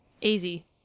Easy